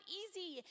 easy